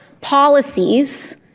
policies